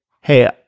hey